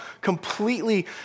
completely